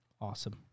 Awesome